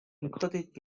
included